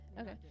okay